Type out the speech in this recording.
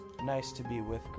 nice-to-be-with